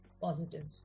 positive